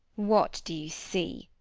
what do you see,